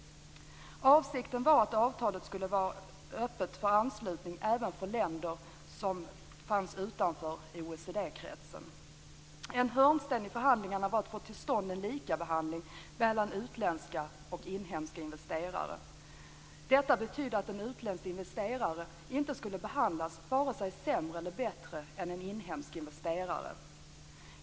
Avsikten var att avtalet skulle vara öppet för anslutning även för länder utanför OECD-kretsen. En hörnsten i förhandlingarna var att få till stånd en likabehandling mellan utländska och inhemska investerare. Detta betydde att en utländsk investerare inte skulle behandlas vare sig sämre eller bättre än en inhemsk investerare.